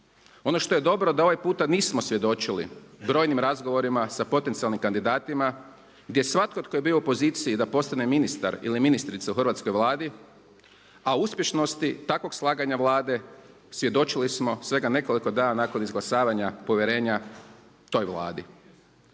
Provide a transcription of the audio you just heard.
Ono što je dobro da ovaj puta nismo svjedočili brojnim razgovorima sa potencijalnim kandidatima, gdje je svatko tko je bio u poziciji da postane ministar ili ministrica u hrvatskoj Vladi a uspješnosti takvog slaganja Vlade svjedočili smo svega nekoliko dana nakon izglasavanja povjerenja toj Vladi.